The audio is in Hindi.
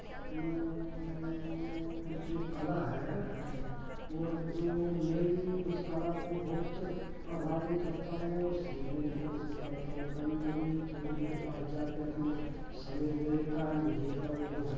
वो जो कला है है ही और जो मैं भी उस कला को बहुत प्रभावित होता हूँ और सीखने की कोशिश करता हूँ कभी कभी तो उनके पास जाके अपना समय जो रहता है मैं देता हूँ जो हल